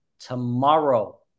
Tomorrow